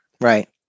Right